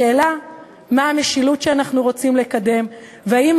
השאלה היא מה המשילות שאנחנו רוצים לקדם והאם